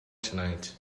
tonight